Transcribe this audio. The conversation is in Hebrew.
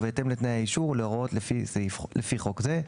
ובהתאם לתנאי האישור ולהוראות לפי חוק זה.